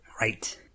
Right